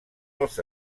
els